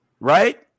Right